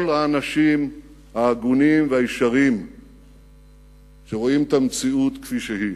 כל האנשים ההגונים והישרים שרואים את המציאות כפי שהיא.